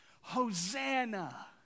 Hosanna